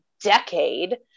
decade